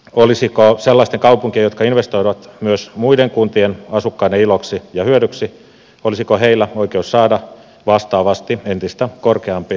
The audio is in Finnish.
olisiko sellaisilla kaupungeilla jotka investoivat myös muiden kuntien asukkaiden iloksi ja hyödyksi oikeus saada vastaavasti entistä korkeampia valtionosuuksia